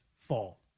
fall